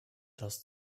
das